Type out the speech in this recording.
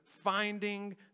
finding